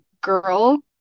girl